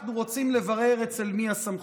אנחנו רוצים לברר אצל מי הסמכות.